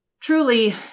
truly